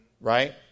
right